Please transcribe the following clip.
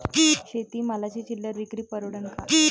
शेती मालाची चिल्लर विक्री परवडन का?